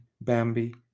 Bambi